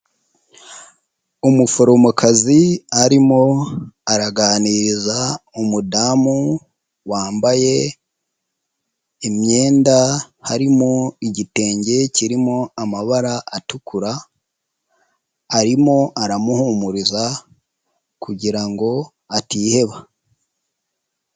Umuforomokazi arimo araganiriza umudamu wambaye imyenda, harimo igitenge kirimo amabara atukura, arimo aramuhumuriza kugira ngo atiheba.